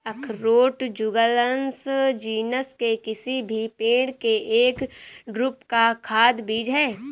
अखरोट Juglans genus के किसी भी पेड़ के एक ड्रूप का खाद्य बीज है